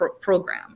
program